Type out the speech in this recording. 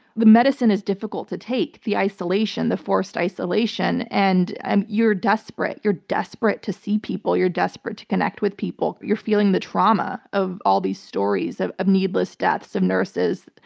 the medicine is difficult to take. the isolation, the forced isolation, and and you're desperate. you're desperate to see people. you're desperate to connect with people. you're feeling the trauma of all these stories of of needless deaths of nurses,